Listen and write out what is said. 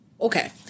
Okay